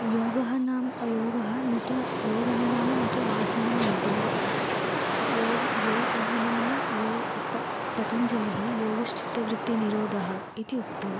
योगः नाम योगः न तु योगः नाम न तु आसनं मुद्रा योगः योगः नाम यो प पतञ्जलिः योगश्चित्तवृत्तिनिरोधः इति उक्तम्